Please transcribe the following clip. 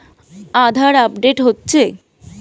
আধার update হচ্ছে?